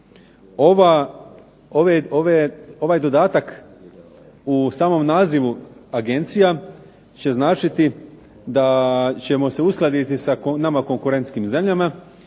Ovaj dodatak u samom nazivu agencija će značiti da ćemo se uskladiti sa nama konkurentskim zemljama